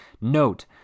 note